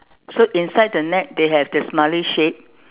so inside the net they have the smiley shape